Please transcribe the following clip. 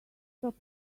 stop